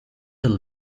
the